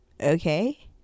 Okay